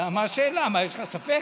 מה השאלה, יש לך ספק?